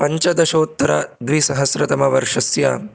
पञ्चदशोत्तरद्विसहस्रतमवर्षस्य